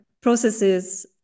processes